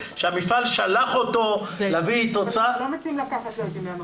שהמפעל שלח אותו להביא --- לא מציעים לקחת לו את ימי המחלה.